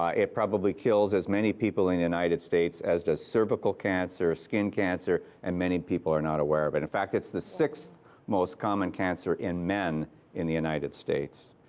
ah it probably kills as many people in the united states as does cervical cancer, skin cancer, and many people are not aware of it. in fact, it's the sixth most common cancer in men in the united states.